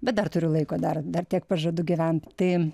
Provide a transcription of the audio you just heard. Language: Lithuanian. bet dar turiu laiko dar dar tiek pažadu gyvent tai